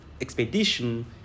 expedition